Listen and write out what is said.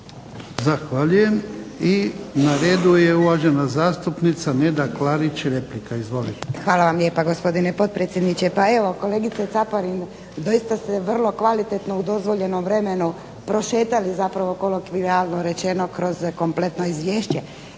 Zahvaljujem. I na redu je uvažena zastupnica Neda Klarić, replika. Izvolite. **Klarić, Nedjeljka (HDZ)** Hvala vam lijepa gospodine potpredsjedniče. Pa evo kolegice Caparin doista ste vrlo kvalitetno u dozvoljenom vremenu prošetali zapravo kolokvijalno rečeno kroz kompletno izvješće.